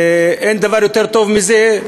ואין דבר יותר טוב מלהצביע.